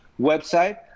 website